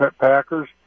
Packers